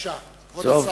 בבקשה, כבוד השר.